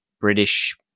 British